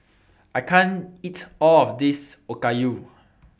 I can't eat All of This Okayu